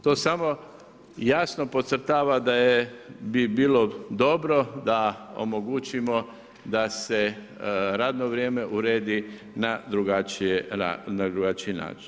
To samo jasno podcrtava da je bi bilo dobro da omogućimo da se radno vrijeme uredi na drugačiji način.